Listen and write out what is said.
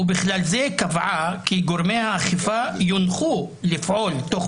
ובכלל זה קבעה כי גורמי האכיפה יונחו לפעול תוך